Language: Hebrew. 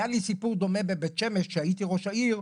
היה לי סיפור דומה בבית שמש כשהייתי ראש העיר,